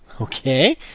Okay